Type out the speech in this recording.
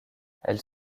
elles